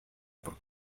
por